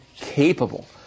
capable